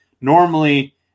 Normally